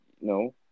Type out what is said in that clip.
no